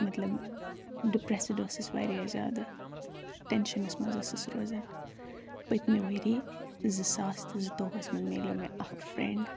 مطلب ڈِپرؠسٕڈ ٲسٕس واریاہ زیاد ٹؠنشَنَس منز ٲسٕس روزان پٔتۍمہِ ؤری زٕ ساس تٕہ زُ توٚ وُہَس منز مِلیو مےٚ اَکھ فریٚنٛڈ